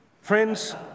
Friends